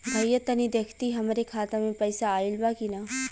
भईया तनि देखती हमरे खाता मे पैसा आईल बा की ना?